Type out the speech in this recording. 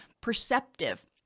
perceptive